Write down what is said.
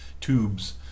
tubes